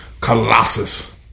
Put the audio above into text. colossus